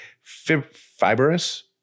fibrous